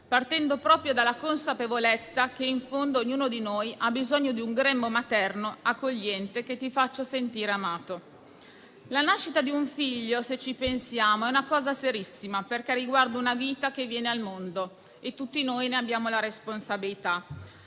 partendo proprio dalla consapevolezza che in fondo ognuno di noi ha bisogno di un grembo materno accogliente che ti faccia sentire amato. La nascita di un figlio, se ci pensiamo, è una cosa serissima perché riguarda una vita che viene al mondo e tutti noi ne abbiamo la responsabilità.